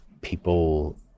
people